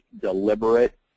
deliberate